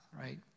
right